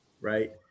right